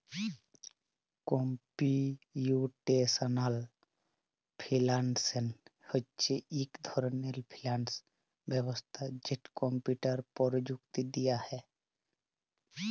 computational finance হছে ইক ধরলের ফিল্যাল্স ব্যবস্থা যেট কম্পিউটার পরযুক্তি দিঁয়ে হ্যয়